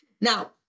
Now